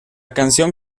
canción